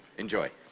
enjoy.